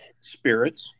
spirits